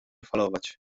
falować